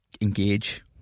engage